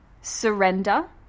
surrender